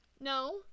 No